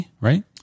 right